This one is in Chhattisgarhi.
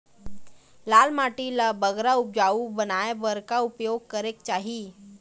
लाल माटी ला बगरा उपजाऊ बनाए बर का उपाय करेक चाही?